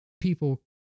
people